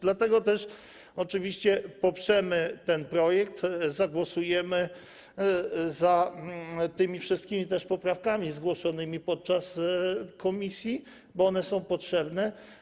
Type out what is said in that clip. Dlatego też oczywiście poprzemy ten projekt, zagłosujemy za tymi wszystkimi też poprawkami zgłoszonymi podczas komisji, bo one są potrzebne.